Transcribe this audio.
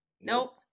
Nope